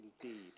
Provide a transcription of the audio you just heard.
indeed